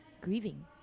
grieving